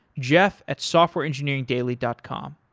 jeff at softwareengineeringdaily dot com.